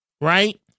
right